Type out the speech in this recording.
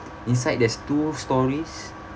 inside there's two storeys